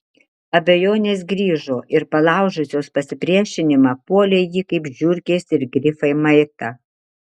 abejonės grįžo ir palaužusios pasipriešinimą puolė jį kaip žiurkės ir grifai maitą